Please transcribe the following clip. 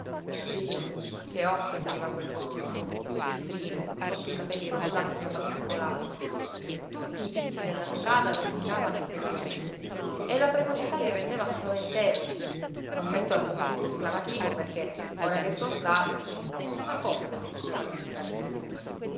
dio che occhi apriva quel volto smunto citrino sotto i capelli rossastri abbatuffolati tutti i vizii della strada vermicavano in quegli occhi e la precocità li rendeva spaventevoli non metto alcun punto esclamativo perché ora che son savio nessuna cosa deve piú farmi meraviglia